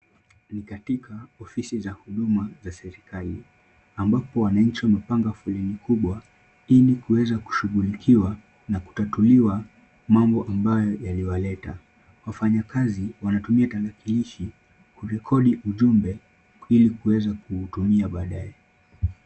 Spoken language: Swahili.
Ni katika ofisi za huduma za serikali ambapo wananchi wamepanga foleni kubwa ili kuweza kushughulikiwa na kutatuliwa mambo ambayo yaliwaleta. Wafanyikazi wanatumia tarakilishi kurekodi ujumbe ili kuweza kuutumia baadaye.